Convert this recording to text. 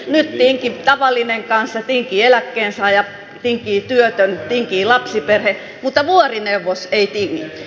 nyt tinkii tavallinen kansa tinkii eläkkeensaaja tinkii työtön tinkii lapsiperhe mutta vuorineuvos ei tingi